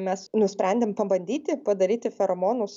mes nusprendėm pabandyti padaryti feromonus